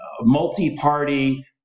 multi-party